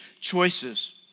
choices